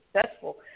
successful